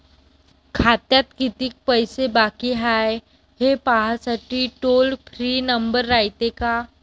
खात्यात कितीक पैसे बाकी हाय, हे पाहासाठी टोल फ्री नंबर रायते का?